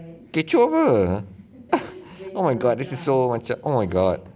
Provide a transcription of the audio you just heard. kecoh ke oh my god this is so macam oh my god